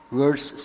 verse